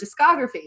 discography